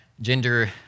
Gender